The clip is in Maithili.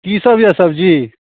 की सब अइ सब्जी